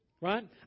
right